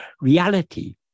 reality